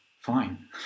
fine